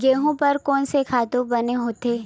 गेहूं बर कोन से खातु बने होथे?